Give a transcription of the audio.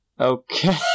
Okay